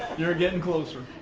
you're getting closer.